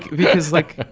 because, like,